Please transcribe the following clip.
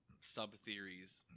sub-theories